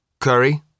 Curry